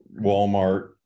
walmart